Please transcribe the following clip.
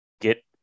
get